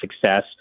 success